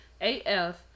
AF